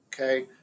okay